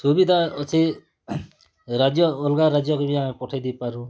ସୁବିଧା ଅଛି ରାଜ୍ୟ ଅଲଗା ରାଜ୍ୟକୁ ବି ଆମେ ପଠେଇ ଦେଇ ପାରୁ